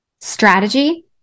Strategy